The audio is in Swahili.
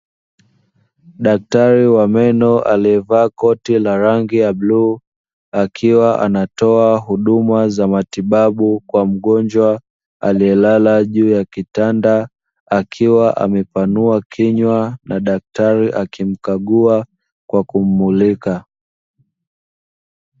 Daktari wa meno aliyevaa koti la rangi ya bluu, akiwa anatoa huduma za matibabu kwa mgonjwa aliyelala juu ya kitanda, akiwa amepanua kinywa na daktari akimkagua kwa kummulika.